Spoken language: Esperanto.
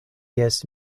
jes